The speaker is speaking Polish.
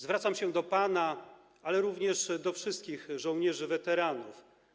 Zwracam się do pana, ale również do wszystkich żołnierzy weteranów.